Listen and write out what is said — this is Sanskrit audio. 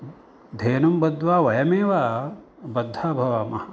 धेनुं बद्ध्वा वयमेव बद्धा भवामः